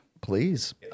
Please